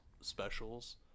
specials